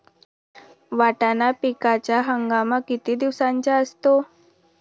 वाटाणा पिकाचा हंगाम किती दिवसांचा असतो?